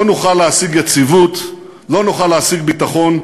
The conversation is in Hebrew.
לא נוכל להשיג יציבות, לא נוכל להשיג ביטחון,